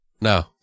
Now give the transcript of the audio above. No